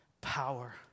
power